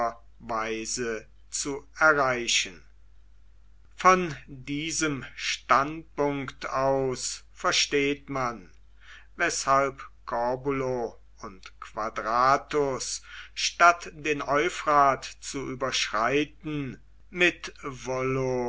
weise zu erreichen von diesem standpunkt aus versteht man weshalb corbulo und quadratus statt den euphrat zu überschreiten mit